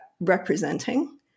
representing